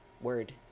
word